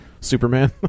superman